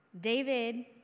David